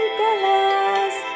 colors